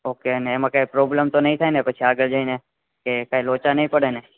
okay અને એમા કય પ્રોબલમ તો નય થાય ને પછી આગળ જયને કે કાય લોચા નય પડે ને